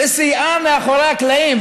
שסייעה מאחורי הקלעים.